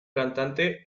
cantante